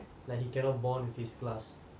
like he cannot bond with his class